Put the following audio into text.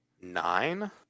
nine